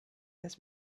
this